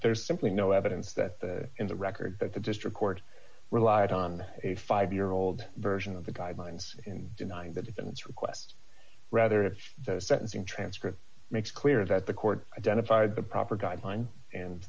there's simply no evidence that in the record that the district court relied on a five year old version of the guidelines in denying the defense request rather the sentencing transcript makes clear that the court identified the proper guideline and